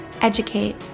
educate